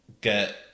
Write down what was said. get